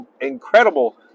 incredible